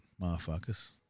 motherfuckers